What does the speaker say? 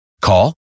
Call